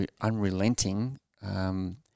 unrelenting –